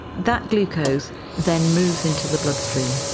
that glucose then moves into the bloodstream.